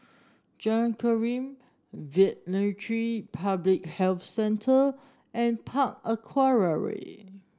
Jalan Derum Veterinary Public Health Centre and Park Aquaria